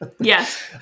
Yes